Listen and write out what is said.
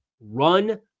Run